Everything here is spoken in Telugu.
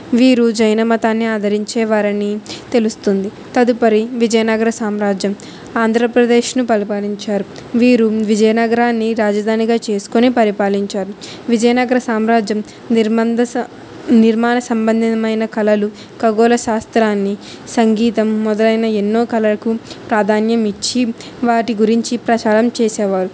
వీరు జైన మతాన్ని ఆదరించే వారని తెలుస్తుంది తదుపరి విజయనగర సామ్రాజ్యం ఆంధ్రప్రదేశ్ను పరిపాలించారు వీరు విజయనగరాన్ని రాజధానిగా చేసుకొని పరిపాలించారు విజయనగర సామ్రాజ్యం నిర్మాణ దశ నిర్మాణ సంబంధమైన కళలు ఖగోళ శాస్త్రాన్ని సంగీతం మొదలైన ఎన్నో కళలకు ప్రాధాన్యమిచ్చి వాటి గురించి ప్రచారం చేసేవారు